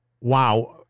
wow